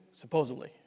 supposedly